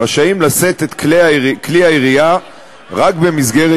רשאים לשאת את כלי הירייה רק במסגרת